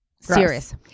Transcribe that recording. serious